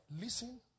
Listen